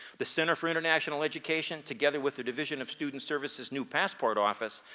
the center for international education, together with the division of student services new passport office,